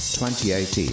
2018